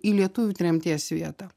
į lietuvių tremties vietą